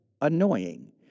annoying